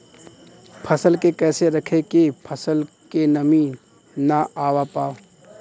फसल के कैसे रखे की फसल में नमी ना आवा पाव?